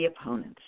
opponents